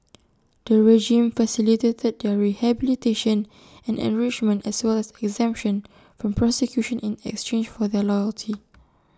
the regime facilitated their rehabilitation and enrichment as well as exemption from prosecution in exchange for their loyalty